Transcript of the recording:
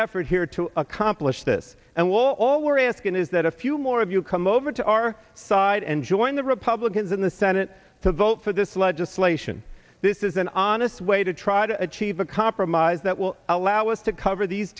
effort here to accomplish this and well all we're asking is that a few more of you come over to our side and join the republicans in the senate to vote for this legislation this is an honest way to try to achieve a compromise that will allow us to cover these